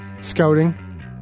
scouting